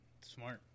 smart